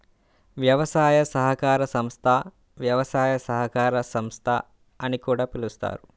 వ్యవసాయ సహకార సంస్థ, వ్యవసాయ సహకార సంస్థ అని కూడా పిలుస్తారు